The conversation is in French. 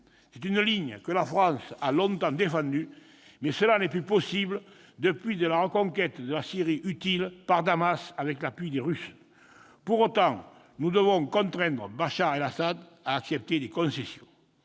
C'est une ligne que la France a longtemps défendue, mais cela n'est plus possible depuis la reconquête de la Syrie utile par Damas avec l'appui des Russes. Pour autant, nous devons contraindre Bachar al-Assad à accepter des concessions.